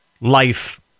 life